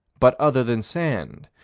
but other than sand.